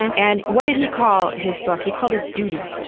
and what did he call his book. he called it duty.